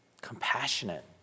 compassionate